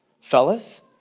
Fellas